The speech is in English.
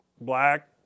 Black